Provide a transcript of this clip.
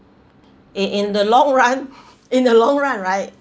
in in the long run in the long run right